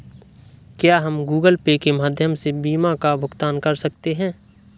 क्या हम Google Pay के माध्यम से बीमा का भुगतान कर सकते हैं?